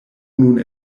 nun